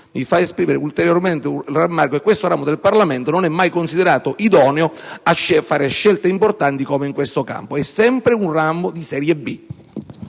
mi fa esprimere un ulteriore rammarico, perché questo ramo del Parlamento non è mai considerato idoneo a compiere scelte importanti, come in questo caso: è sempre una Camera di serie B.